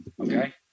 Okay